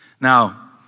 Now